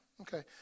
Okay